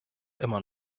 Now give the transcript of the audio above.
immer